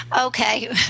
okay